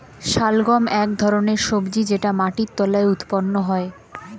শালগম এক ধরনের সবজি যেটা মাটির তলায় উৎপন্ন হয়